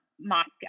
Moscow